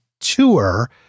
tour